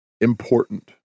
important